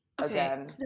again